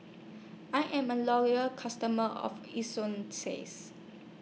I Am A Loyal customer of